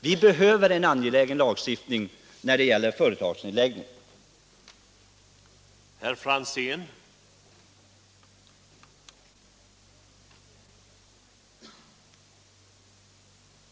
Vi behöver en lagstiftning när det gäller att förhindra, eller under alla förhållanden fördröja, vissa typer av aktuella företagsnedläggningar i vårt land.